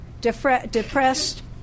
depressed